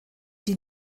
die